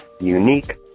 unique